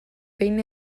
behin